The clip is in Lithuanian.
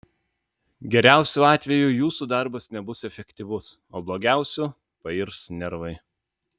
geriausiu atveju jūsų darbas nebus efektyvus o blogiausiu pairs nervai